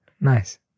Nice